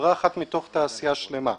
חברה אחת מתוך תעשייה שלמה.